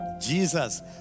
Jesus